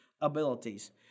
abilities